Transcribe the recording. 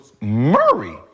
Murray